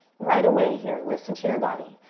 right away here, listen to your body.